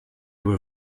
were